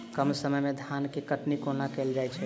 कम समय मे धान केँ कटनी कोना कैल जाय छै?